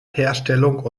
herstellung